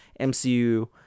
mcu